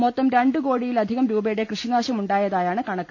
മൊത്തം രണ്ട്കോടിയിലധികം രൂപയുടെ കൃഷിനാശം ഉണ്ടായതായതാണ് കണക്ക്